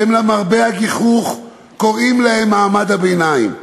שלמרבה הגיחוך הם קוראים להם מעמד הביניים.